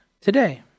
Today